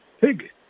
pig